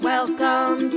Welcome